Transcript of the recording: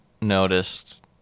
noticed